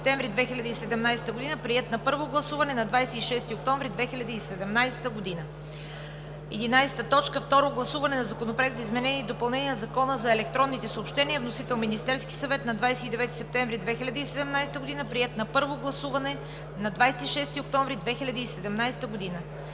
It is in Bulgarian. септември 2017 г. Приет е на първо гласуване на 26 октомври 2017 г. 11. Второ гласуване на Законопроекта за изменение и допълнение на Закона за електронните съобщения. Вносител е Министерският съвет на 29 септември 2017 г. Приет е на първо гласуване на 26 октомври 2017 г.